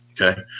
okay